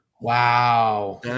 Wow